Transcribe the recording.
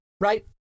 right